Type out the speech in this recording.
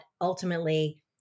ultimately